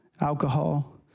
alcohol